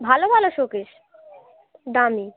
ভালো ভালো শোকেস দামি